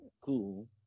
cool